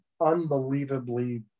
unbelievably